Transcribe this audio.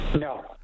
No